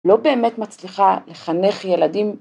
‫לא באמת מצליחה לחנך ילדים...